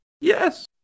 yes